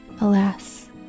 Alas